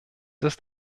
ist